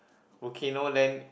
volcano land